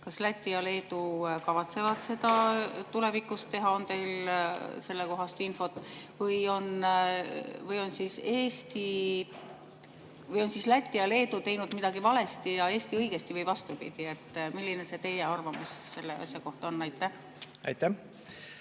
Kas Läti ja Leedu kavatsevad seda tulevikus teha? On teil sellekohast infot? Või on siis Läti ja Leedu teinud midagi valesti ja Eesti õigesti või vastupidi? Milline on teie arvamus selle asja kohta? Aitäh,